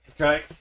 okay